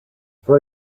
for